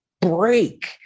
break